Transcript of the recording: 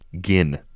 Gin